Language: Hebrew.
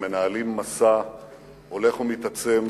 הם מנהלים מסע הולך ומתעצם,